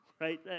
right